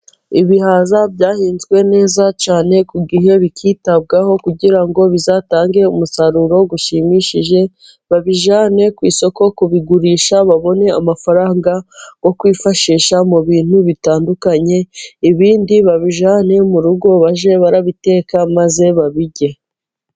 Ibihaza byahinzwe neza cyane ku gihe bikitabwaho kugira ngo bizatange umusaruro ushimishije, babijyane ku isoko kubigurisha babone amafaranga yo kwifashisha mu bintu bitandukanye ibindi babijyane mu rugo bajye babiteka maze babirye.